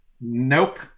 Nope